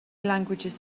languages